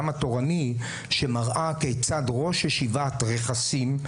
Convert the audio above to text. התורני שמראה כיצד ראש ישיבת רכסים,